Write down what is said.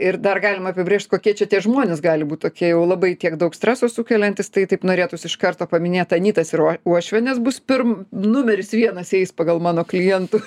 ir dar galim apibrėžt kokie čia tie žmonės gali būti tokie jau labai tiek daug streso sukeliantys tai taip norėtųsi iš karto paminėt anytas ir uo uošvienes bus pirm numeris vienas eis pagal mano klientų